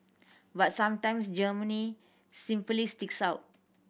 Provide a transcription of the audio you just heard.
but sometimes Germany simply sticks out